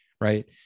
Right